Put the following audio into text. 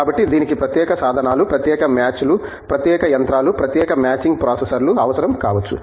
కాబట్టి దీనికి ప్రత్యేక సాధనాలు ప్రత్యేక మ్యాచ్లు ప్రత్యేక యంత్రాలు ప్రత్యేక మ్యాచింగ్ ప్రాసెసర్లు అవసరం కావచ్చు